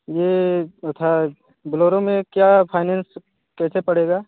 ये इधर बोलेरो में क्या फाइनेंस कैसे पड़ेगा